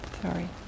Sorry